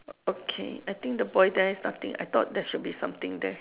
okay I think the boy there is nothing I thought there should be something there